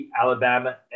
Alabama